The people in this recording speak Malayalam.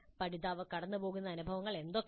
പഠിതാവ് കടന്നുപോകുന്ന അനുഭവങ്ങൾ എന്തൊക്കെയാണ്